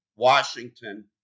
Washington